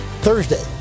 Thursday